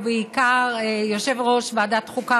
ובעיקר יושב-ראש ועדת החוקה,